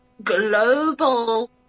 Global